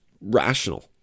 rational